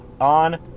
on